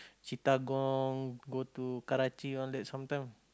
Chittagong go to Charanchi all that sometime